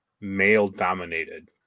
male-dominated